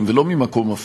הוועדה